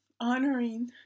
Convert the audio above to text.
honoring